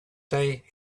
day